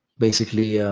basically,